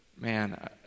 man